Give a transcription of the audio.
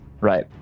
Right